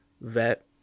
vet